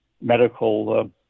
medical